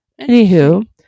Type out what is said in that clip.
Anywho